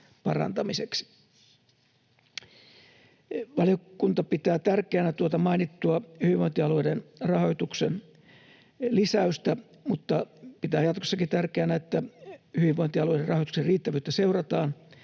Valiokunta pitää tärkeänä tuota mainittua hyvinvointialueiden rahoituksen lisäystä, mutta pitää jatkossakin tärkeänä, että hyvinvointialueiden rahoituksen riittävyyttä seurataan